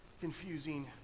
confusing